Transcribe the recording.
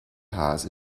hase